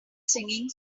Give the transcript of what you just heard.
singing